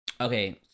Okay